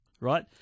right